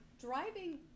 driving